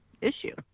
issue